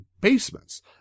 basements